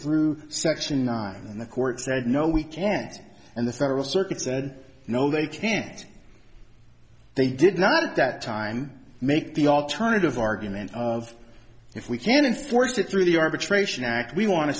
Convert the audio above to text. through section nine and the court said no we can't and the federal circuit said no they can't they did not that time make the alternative argument of if we can in force it through the arbitration act we want to